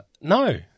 No